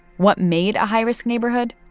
what made a high-risk neighborhood?